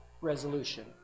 Resolution